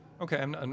Okay